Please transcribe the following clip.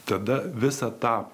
tada visą tą